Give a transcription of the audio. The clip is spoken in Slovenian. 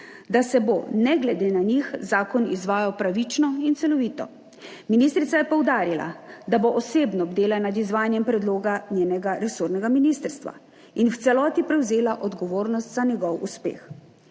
da se bo ne glede na njih zakon izvajal pravično in celovito. Ministrica je poudarila, da bo osebno bdela nad izvajanjem predloga njenega resornega ministrstva in v celoti prevzela odgovornost za njegov uspeh.